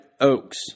Oaks